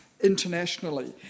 internationally